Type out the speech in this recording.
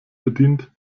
bedient